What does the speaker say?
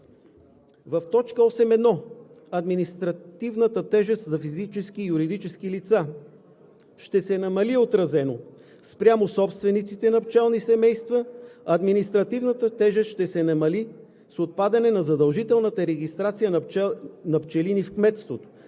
В точка 8.1: „Административната тежест за физически и юридически лица ще се намали отразено спрямо собствениците на пчелни семейства, административната тежест ще се намали с отпадане на задължителната регистрация на пчелини в кметството.